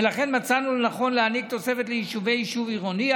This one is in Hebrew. ולכן מצאנו לנכון להעניק תוספת לתושבי יישוב עירוני,